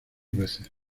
veces